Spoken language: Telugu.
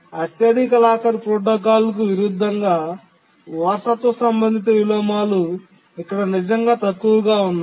అత్యధిక లాకర్ ప్రోటోకాల్కు విరుద్ధంగా వారసత్వ సంబంధిత విలోమాలు ఇక్కడ నిజంగా తక్కువగా ఉన్నాయి